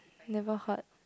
never heard